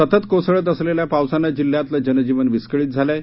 संतत कोसळत असलेल्या पावसानं जिल्ह्यातलं जनजीवन विस्कळीत झालं आहे